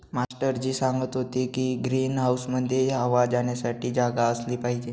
master ji सांगत होते की ग्रीन हाऊसमध्ये हवा जाण्यासाठी जागा असली पाहिजे